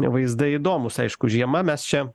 vaizdai įdomūs aišku žiema mes čia